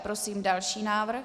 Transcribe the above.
Prosím další návrh.